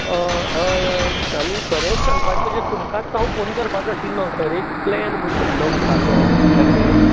आं होय होय आनीक खरेंच सांगपाचें म्हणजें तुमकांच हांव फोन करपाचो आशिल्लो तर एक प्लेन म्हण फुडलो मुखारलो रिटायरमेंट